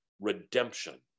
redemption